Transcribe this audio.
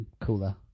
cooler